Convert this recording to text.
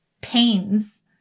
pains